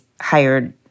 hired